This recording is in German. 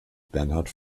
bernhard